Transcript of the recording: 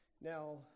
Now